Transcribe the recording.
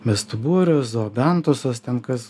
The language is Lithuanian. bestuburių zoobentosas ten kas